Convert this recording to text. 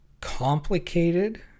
complicated